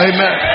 Amen